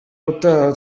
utaha